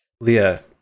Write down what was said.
Leah